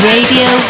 Radio